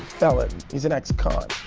he's an ex-con,